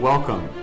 Welcome